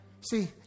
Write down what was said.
See